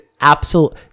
absolute